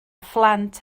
phlant